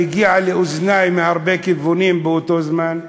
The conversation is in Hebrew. והיא הגיעה לאוזני מהרבה כיוונים באותו זמן.